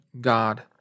God